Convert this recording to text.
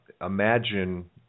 imagine